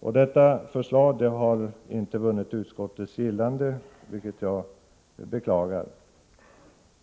Detta förslag har inte vunnit utskottets gillande, vilket jag beklagar.